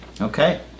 Okay